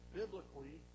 biblically